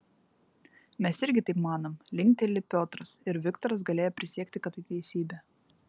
mes irgi taip manom linkteli piotras ir viktoras galėjo prisiekti kad tai teisybė